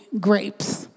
grapes